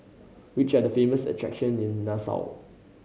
which are the famous attraction in Nassau